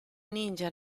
ninja